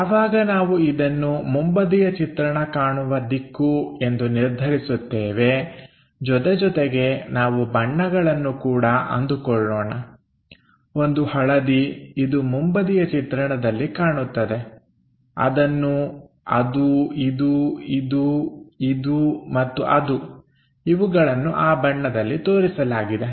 ಯಾವಾಗ ನಾವು ಇದನ್ನು ಮುಂಬದಿಯ ಚಿತ್ರಣ ಕಾಣುವ ದಿಕ್ಕು ಎಂದು ನಿರ್ಧರಿಸುತ್ತೇವೆ ಜೊತೆಜೊತೆಗೆ ನಾವು ಬಣ್ಣಗಳನ್ನು ಕೂಡ ಅಂದುಕೊಳ್ಳೋಣ ಒಂದು ಹಳದಿ ಇದು ಮುಂಬದಿಯ ಚಿತ್ರಣದಲ್ಲಿ ಕಾಣುತ್ತದೆ ಅದನ್ನು ಅದು ಇದು ಇದು ಇದು ಮತ್ತು ಅದು ಇವುಗಳನ್ನು ಆ ಬಣ್ಣದಲ್ಲಿ ತೋರಿಸಲಾಗಿದೆ